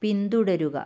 പിന്തുടരുക